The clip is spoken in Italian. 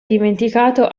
dimenticato